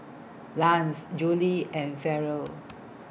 Lance Juli and Farrell